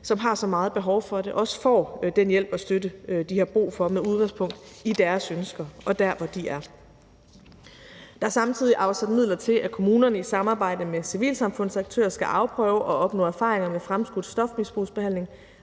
som har så meget behov for det, også får den hjælp og støtte, de har brug for, med udgangspunkt i deres ønsker og der, hvor de er. Der er samtidig afsat midler til, at kommunerne i et samarbejde med civilsamfundsaktører skal afprøve og opnå erfaringer med en fremskudt stofmisbrugsbehandling,